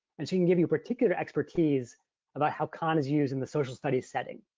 and she can give you particular expertise about how khan is used in the social studies setting.